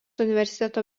universiteto